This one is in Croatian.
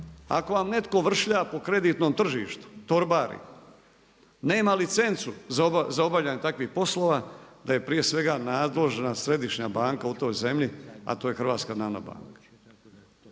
ako vam netko vršlja po kreditnom tržištu, torbari, nema licencu za obavljanje takvih poslova da je prije svega nadležna središnja banka u toj zemlji a to je HNB.